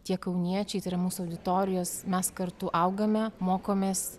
tie kauniečiai tai yra mūsų auditorijos mes kartu augame mokomės